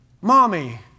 Mommy